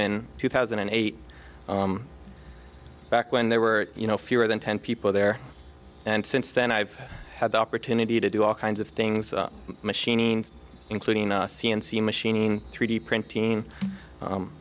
in two thousand and eight back when they were you know fewer than ten people there and since then i've had the opportunity to do all kinds of things machines including c n c machining three d printing u